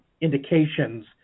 indications